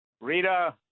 Rita